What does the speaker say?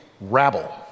rabble